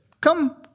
come